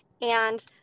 and-